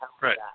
Right